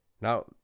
Now